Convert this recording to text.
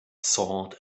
sword